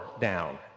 down